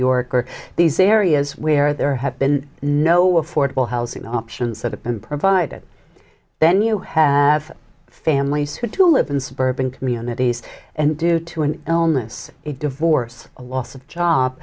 york or these areas where there have been no affordable housing options that have been provided then you have to live in suburban communities and due to an illness a divorce a loss of job